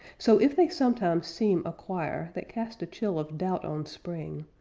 so if they sometimes seem a choir that cast a chill of doubt on spring,